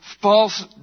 false